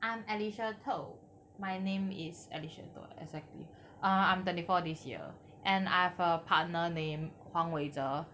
I'm alicia toh my name is alicia toh exactly ah I'm twenty four this year and I've a partner name huang wei zhe